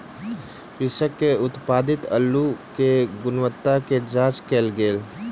कृषक के उत्पादित अल्लु के गुणवत्ता के जांच कएल गेल